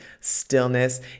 stillness